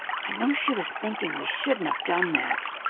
i know she was thinking we shouldn't have done that.